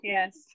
Yes